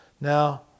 Now